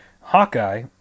Hawkeye